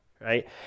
right